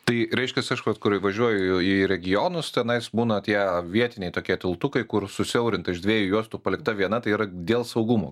tai reiškias aš vat kur važiuoju į regionus tenais būna tie vietiniai tokie tiltukai kur susiaurinta iš dviejų juostų palikta viena tai yra dėl saugumo